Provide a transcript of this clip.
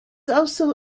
also